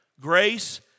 grace